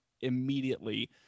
immediately